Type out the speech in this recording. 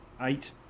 eight